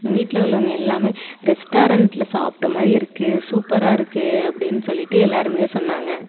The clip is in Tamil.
வீட்டில் உள்ளவங்க எல்லாமே ரெஸ்ட்டாரண்ட்ல சாப்பிட்ட மாதிரி இருக்கு சூப்பராக இருக்கு அப்படீனு சொல்லிவிட்டு எல்லாருமே சொன்னாங்க